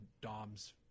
Dom's